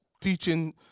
teaching